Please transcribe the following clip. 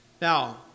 Now